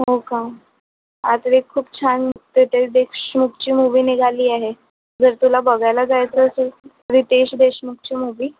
हो का आता एक खूप छान रितेश देशमुखची मूव्ही निघाली आहे जर तुला बघायला जायचं असेल रितेश देशमुखची मूव्ही